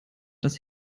das